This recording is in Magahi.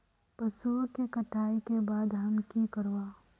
पशुओं के कटाई के बाद हम की करवा?